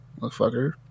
motherfucker